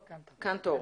קנטור,